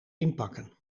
inpakken